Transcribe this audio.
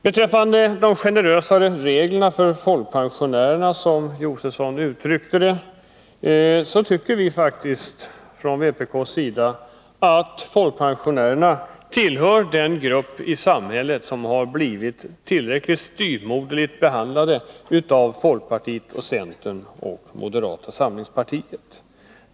Beträffande de generösa reglerna för folkpensionärerna — som Stig Josefson uttryckte det — tycker vi från vpk:s sida faktiskt att folkpensionärerna tillhör den grupp i samhället som har blivit tillräckligt styvmoderligt behandlad av folkpartiet, centern och moderata samlingspartiet.